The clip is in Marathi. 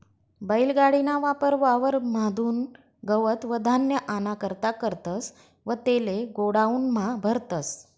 बैल गाडी ना वापर वावर म्हादुन गवत व धान्य आना करता करतस व तेले गोडाऊन म्हा भरतस